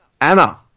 Anna